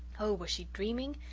oh, was she dreaming?